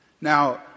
Now